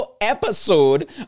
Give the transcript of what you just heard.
episode